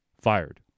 fired